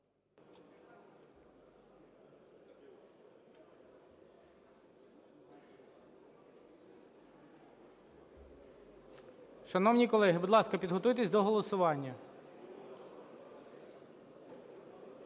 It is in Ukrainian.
Шановні колеги, будь ласка, підготуйтесь до голосування.